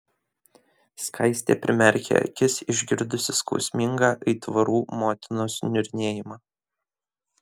skaistė primerkė akis išgirdusi skausmingą aitvarų motinos niurnėjimą